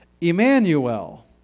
Emmanuel